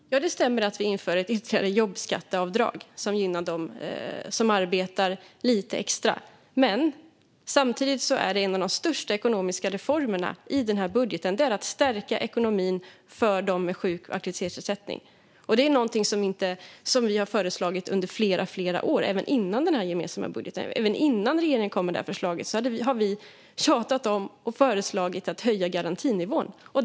Fru talman! Det stämmer att vi inför ett ytterligare jobbskatteavdrag som gynnar dem som arbetar lite extra. Men samtidigt är en av de största ekonomiska reformerna i budgeten att stärka ekonomin för dem med sjuk och aktivitetsersättning. Det är någonting som vi har föreslagit under flera år. Även innan den gemensamma budgeten och innan regeringen kom med förslaget har vi tjatat om och föreslagit att höja garantinivån.